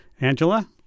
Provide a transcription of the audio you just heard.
Angela